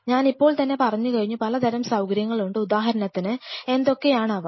ഞാനിപ്പോൾ തന്നെ പറഞ്ഞു കഴിഞ്ഞു പലതരം സൌകര്യങ്ങളുണ്ട് ഉദാഹരണത്തിന് എന്തൊക്കെയാണ് അവ